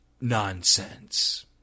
nonsense